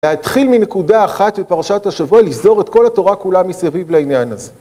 להתחיל מנקודה אחת בפרשת השבוע, לזור את כל התורה כולה מסביב לעניין הזה.